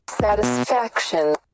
satisfaction